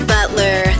Butler